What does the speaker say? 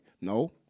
No